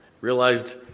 realized